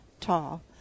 tall